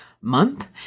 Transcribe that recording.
month